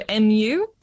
MU